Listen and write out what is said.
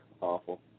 Awful